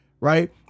right